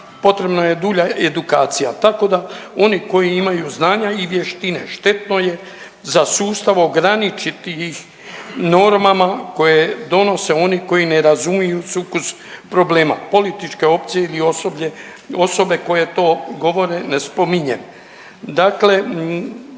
potrebno je dulja edukacija, tako da oni koji imaju znanja i vještine štetno je za sustav ograničiti ih normama koje donose oni koji ne razumiju sukus problema, političke opcije ili osoblje, osobe koje to govore ne spominjem,